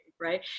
Right